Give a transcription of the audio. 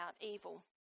evil